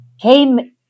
came